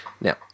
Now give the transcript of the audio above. Now